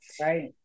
Right